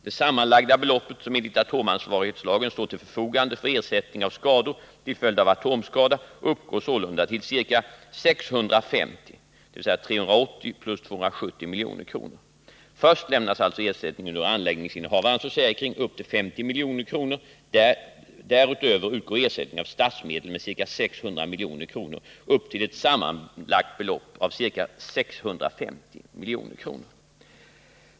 Det sammanlagda belopp som enligt atomansvarighetslagen står till förfogande för ersättning av skador till följd av atomskada uppgår sålunda till ca 650 milj.kr. Först lämnas alltså ersättning ur anläggningsinnehavarens försäkring upp till 50 milj.kr. Därutöver utgår ersättning av statsmedel med ca 600 milj.kr. upp till ett sammanlagt belopp på ca 650 milj.kr.